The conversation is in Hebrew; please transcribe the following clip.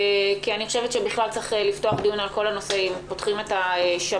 כי אני חושבת שצריך לפתוח דיון על כל נושא פתיחת השמיים.